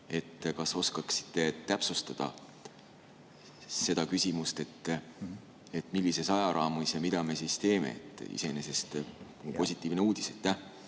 Kas te oskate täpsustada seda küsimust – millises ajaraamis ja mida me siis teeme? See on iseenesest positiivne uudis.